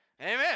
Amen